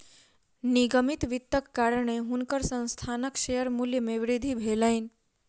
निगमित वित्तक कारणेँ हुनकर संस्थानक शेयर मूल्य मे वृद्धि भेलैन